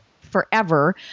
forever